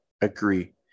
agree